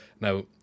Now